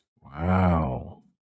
Wow